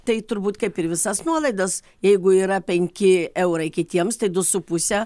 tai turbūt kaip ir visas nuolaidas jeigu yra penki eurai kitiems tai du su puse